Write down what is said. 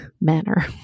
manner